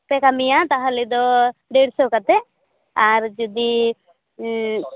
ᱯᱮ ᱠᱟᱹᱢᱤᱭᱟ ᱛᱟᱦᱚᱞᱮ ᱫᱚ ᱫᱮᱲᱥᱚ ᱠᱟᱛᱮ ᱟᱨ ᱡᱩᱫᱤ ᱩᱸ